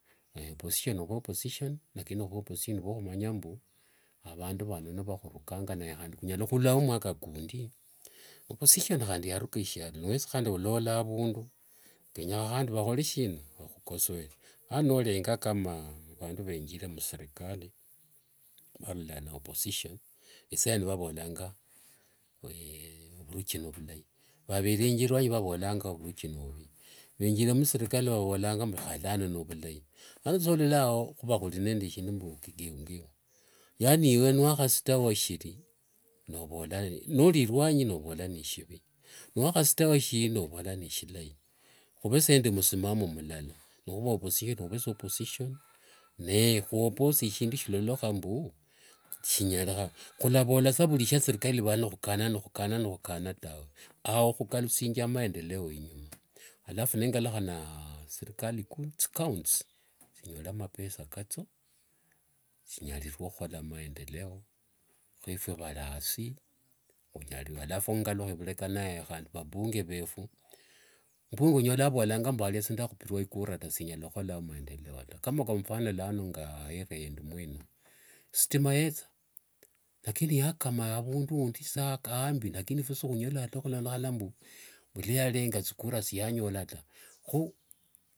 opposition khu opposition, lakini khuve khu opposition vwokhumanya mbu avandu vano nivakhururukanga. Naye handi khunyala khula mwaka kundi, opposition handi yaruka shialo. Niwesi khandi walola avundu kenyekhana vakhole shina vakhukosewe. Nano nolenga kama vandu venjire mserikali, varura ne mopposition vavola isaino vavolanga vuruchi nivulai. Vaerenje ruanyi nivavola mbu vuruchi novuvi, venjire mserikali nikhalano vavolanga vuruchi novulai, ano sololao khuva khuli ne shindu mbu kigeu geu. Yani ewe niwakhashita weshili novola, noliruanyi novola neshivi. Niwakhasita weshindu novola neshilai. Khuvesa nende msimamo mlala, nikhuva opposition khuvesa opposition. Ne khuoposie shindu shilolokha mbu shinyalikha khulavola sa shia serikali nivopa nikhukana nikhukana tawe, ao khukalushinjia maendeleo inyuma. Alafu nengalukha neserikali thia icountys, thinyole mapesa kathio, thinyalirue khukhola maendeleo, hefwe valiasi khunyalirue alafu nengalukha vhuleka naye handi vabunge vefu, mbunge onyolanga avolanga alia sindakhakhupirua ikura ta. maendeleo ta. Kama kwa mfano nga ayeria mwene, sitima yetha lakini yakama avundu wundisa ambi, lakini efue sikhunyolata khulondekhana mbuluayenga thikura siyanyola taa. Khu